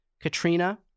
Katrina